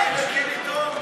אולי נקים עיתון.